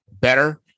better